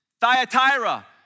Thyatira